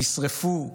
נשרפו,